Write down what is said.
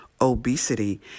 obesity